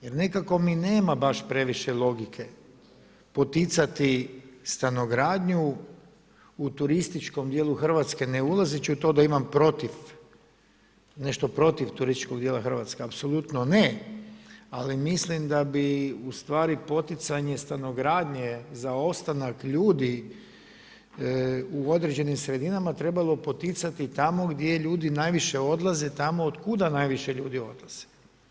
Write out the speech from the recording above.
Jer nekako mi nema baš previše logike poticati stanogradnju u turističkom djelu Hrvatske, ne ulazeći u to da imam protiv nešto protiv turističkog dijela Hrvatske, apsolutno ne, ali mislim da bi ustvari poticanje stanogradnje za ostanak ljudi u određenim sredinama trebalo poticati tamo gdje ljudi najviše odlaze, tamo od kuda najviše ljudi odlaze.